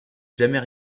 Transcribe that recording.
jamais